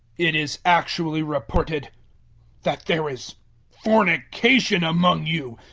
it is actually reported that there is fornication among you,